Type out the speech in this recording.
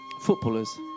Footballers